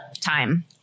time